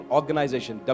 Organization